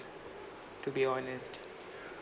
to be honest